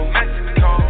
Mexico